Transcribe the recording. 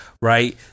right